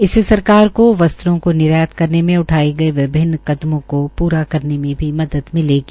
इससे सरकार को वस्त्रों का निर्यात करने में उठायेगये विभिन्न कदमों को प्रा करने में मदद मिलेगी